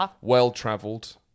well-travelled